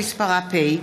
משה מזרחי,